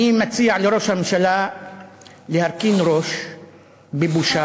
אני מציע לראש הממשלה להרכין ראש בבושה,